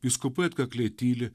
vyskupai atkakliai tyli